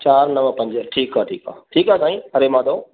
चारि नव पंज ठीकु आहे ठीकु आहे ठीकु आहे साईं हरे माधव